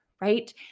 Right